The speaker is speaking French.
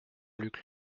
luc